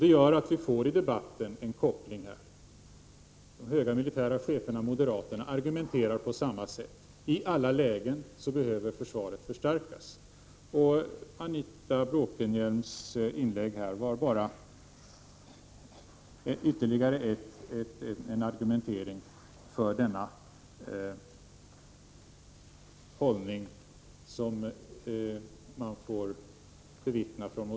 Det gör att vi i debatten får en koppling: de högre militärcheferna och moderaterna argumenterar på samma sätt — i alla lägen behöver försvaret förstärkas. Anita Bråkenhielms inlägg var bara en ytterligare argumentering för den hållning som moderaterna intar.